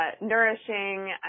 nourishing